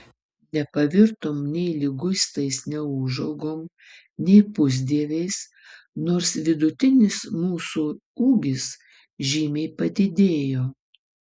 nepavirtom nei liguistais neūžaugom nei pusdieviais nors vidutinis mūsų ūgis žymiai padidėjo